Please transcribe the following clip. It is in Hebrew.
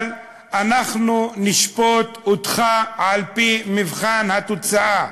אבל אנחנו נשפוט אותך על-פי מבחן התוצאה.